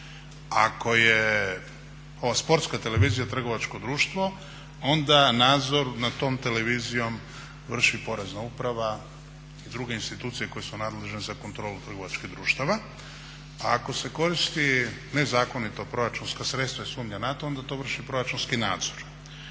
Ako je ova Sportska televizija trgovačko društvo onda nadzor nad tom televizijom vrši Porezna uprava i druge institucije koje su nadležne za kontrolu trgovačkih društava, a ako se koristi nezakonito proračunska sredstva i sumnja na to onda to vrši proračunski nadzor.